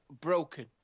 Broken